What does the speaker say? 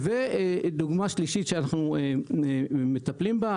דוגמה שלישית שאנחנו מטפלים בה,